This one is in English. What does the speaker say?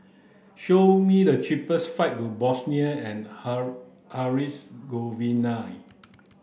show me the cheapest flights to Bosnia and Herzegovina